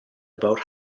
about